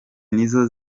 nizo